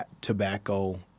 tobacco